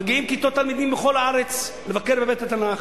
מגיעים כיתות תלמידים מכל הארץ לבקר בבית-התנ"ך,